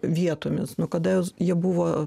vietomis nuo kada jos jie buvo